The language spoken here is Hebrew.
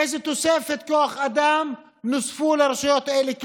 איזו תוספת כוח אדם נוספה לרשויות האלה?